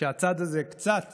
ישמע קצת